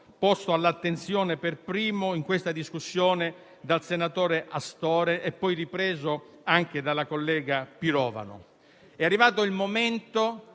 posto all'attenzione per primo in questa discussione dal senatore Astore e poi ripreso anche dalla collega Pirovano. È arrivato il momento